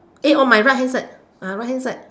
eh on my right hand side uh right hand side